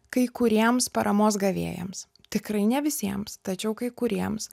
kai kuriems paramos gavėjams tikrai ne visiems tačiau kai kuriems